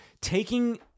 taking